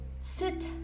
sit